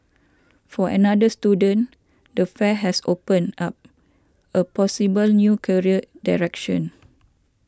for another student the fair has opened up a possible new career direction